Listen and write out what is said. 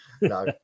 No